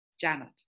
Janet